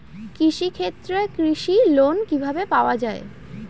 কৃষি ক্ষেত্রে কৃষি লোন কিভাবে পাওয়া য়ায়?